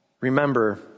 remember